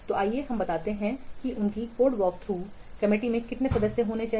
तो आइए हम बताते हैं कि उनकी कोड वॉकथ्रू समिति में कितने सदस्य होने चाहिए